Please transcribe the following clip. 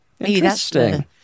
interesting